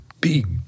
big